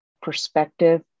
perspective